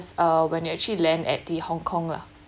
uh when you actually land at the hong kong lah